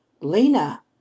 lena